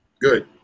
Good